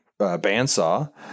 bandsaw